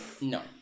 No